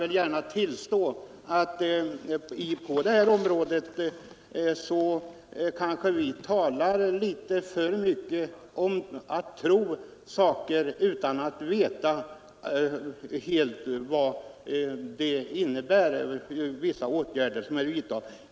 Jag kan tillstå att vi på detta område kanske mera tror och inte vet så mycket om vad vissa åtgärder innebär.